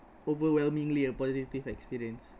overwhelmingly a positive experience